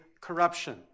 corruption